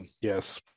Yes